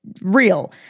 real